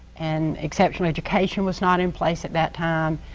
and exceptional education was not in place at that time.